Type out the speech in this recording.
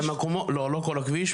לא, לא כל הכביש.